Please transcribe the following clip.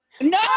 No